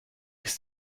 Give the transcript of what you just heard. ist